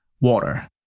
water